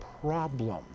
problem